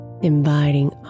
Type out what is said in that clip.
inviting